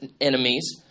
enemies